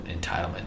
entitlement